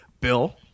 Bill